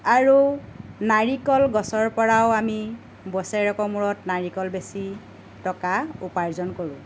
আৰু নাৰিকল গছৰ পৰাও আমি বছৰেকৰ মূৰত নাৰিকল বেচি টকা উপাৰ্জন কৰোঁ